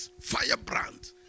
firebrand